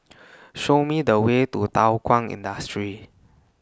Show Me The Way to Thow Kwang Industry